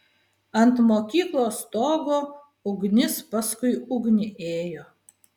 ant mokyklos stogo ugnis paskui ugnį ėjo